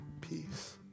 peace